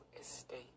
estate